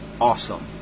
awesome